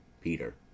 Peter